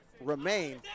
remain